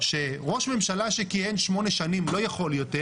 שראש ממשלה שכיהן שמונה שנים לא יכול יותר,